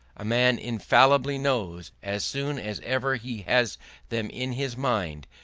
a man infallibly knows, as soon as ever he has them in his mind,